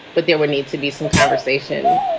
but there would need to be some conversation,